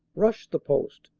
rushed the post,